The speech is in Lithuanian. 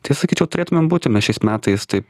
tai sakyčiau turėtumėm būti mes šiais metais taip